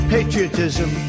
patriotism